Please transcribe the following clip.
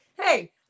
Hey